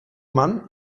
man